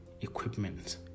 equipment